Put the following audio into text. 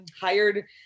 hired